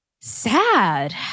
sad